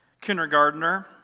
kindergartner